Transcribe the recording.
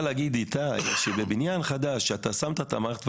להגיד זה שבבניין חדש שבו שמת את המערכת,